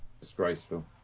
Disgraceful